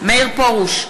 מאיר פרוש,